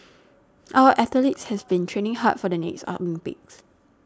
our athletes have been training hard for the next Olympics